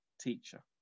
teacher